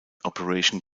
operation